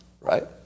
Right